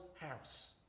house